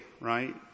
right